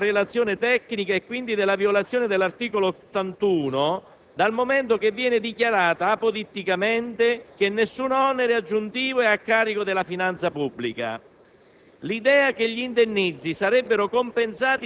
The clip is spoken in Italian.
Va sottolineata inoltre l'infondatezza della relazione tecnica e quindi della violazione dell'articolo 81 della Costituzione, dal momento che viene dichiarato apoditticamente che nessun onere aggiuntivo è a carico della finanza pubblica.